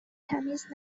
تمیز